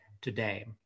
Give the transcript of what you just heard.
today